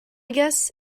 guess